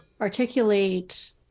articulate